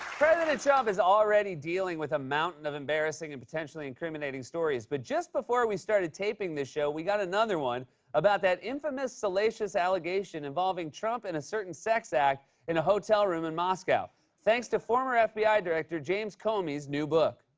president trump is already dealing with a mountain of embarrassing and potentially incriminating stories. but just before we started taping this show, we got another one about that infamous, salacious allegation involving trump and a certain sex act in a hotel room in moscow thanks to former fbi director james comey's new book.